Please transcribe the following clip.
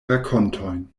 rakontojn